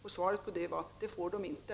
Mitt svar på dessa frågor var att det får de inte.